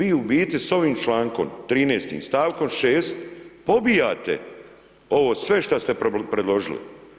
I u biti s ovim člankom 13. stavkom 6. pobijate ovo sve što ste predložili.